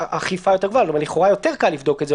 האכיפה יותר גבוהה אבל לכאורה יותר קל לבדוק את זה,